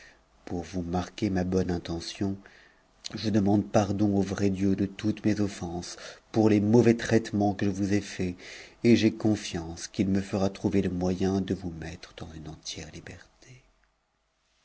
pour vous marquer ma bonne intention je demande pardo il au vrai dieu de toutes mes offenses par les mauvais traitements que je vous ai faits et j'ai confiance qu'il me fera trouver le moyen de vou mettre dans une entière liberté